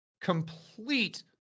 complete